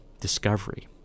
discovery